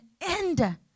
end